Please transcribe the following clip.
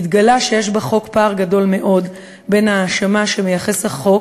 התגלה שיש בחוק פער גדול מאוד בין האשמה שמייחס החוק